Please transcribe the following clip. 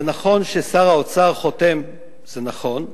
זה נכון ששר האוצר חותם, זה נכון.